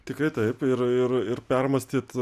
tikrai taip ir ir ir permąstyt